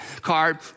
card